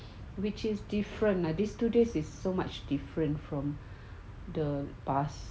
which is different lah this today's it's so much different from the past